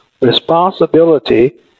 responsibility